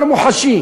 מוחשי.